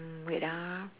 mm wait ah